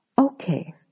okay